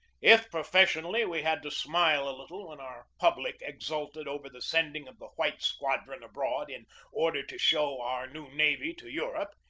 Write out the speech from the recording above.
if, professionally, we had to smile little when our pub lic exulted over the sending of the white squadron abroad in order to show our new navy to europe,